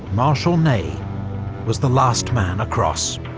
marsal ney was the last man across.